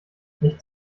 nicht